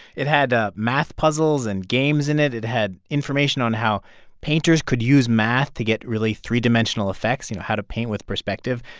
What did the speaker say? it had ah math puzzles and games in it. it had information information on how painters could use math to get really three-dimensional effects, you know, how to paint with perspective.